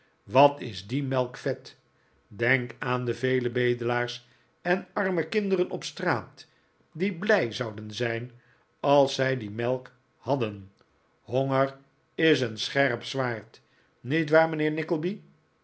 wat is die melk vet denkt aan de vele bedelaars en arme kinderen op straat die blij zouden zijn als zij die melk hadden honger is een scherp zwaard niet waar mijnheer